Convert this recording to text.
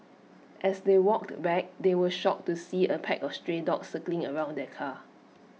as they walked back they were shocked to see A pack of stray dogs circling around their car